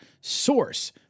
source